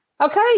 Okay